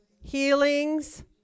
Healings